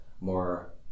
more